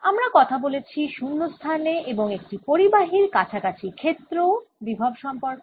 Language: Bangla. আমরা কথা বলেছি শূন্য স্থানে এবং একটি পরিবাহির কাছাকাছি ক্ষেত্র বিভব সম্পর্কে